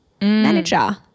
manager